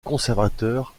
conservateur